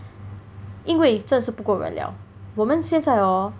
因为真是不够人了我们现在 hor